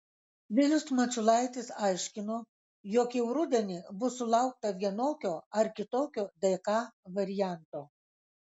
vilius mačiulaitis aiškino jog jau rudenį bus sulaukta vienokio ar kitokio dk varianto